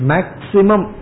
Maximum